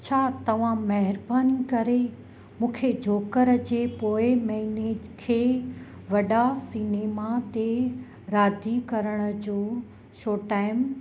छा तव्हां महिरबानी करे मूंखे जोकर जे पोइ महिने खे वॾा सिनेमा ते रादी करण जो शो टाएम